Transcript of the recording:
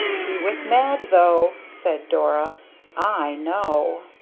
he was mad though! said dora i know.